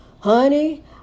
honey